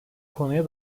konuya